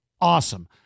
awesome